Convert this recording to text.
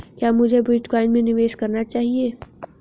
क्या मुझे बिटकॉइन में निवेश करना चाहिए?